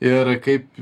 ir kaip